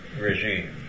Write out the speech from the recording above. regime